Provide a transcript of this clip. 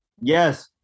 Yes